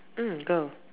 mm go